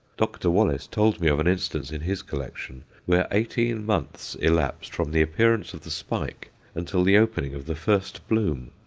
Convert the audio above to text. dr. wallace told me of an instance in his collection where eighteen months elapsed from the appearance of the spike until the opening of the first bloom.